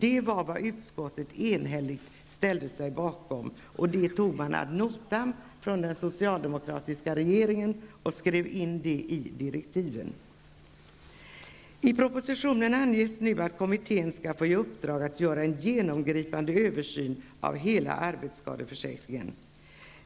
Ett enhälligt utskott ställde sig bakom detta. Den socialdemokratiska regeringen tog detta ad notam och skrev in det i direktiven. I propositionen anges nu att en kommitté skall få i uppdrag att göra en genomgripande översyn av hela arbetsskadeförsäkringen.